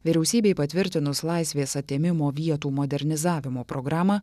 vyriausybei patvirtinus laisvės atėmimo vietų modernizavimo programą